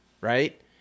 right